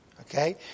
Okay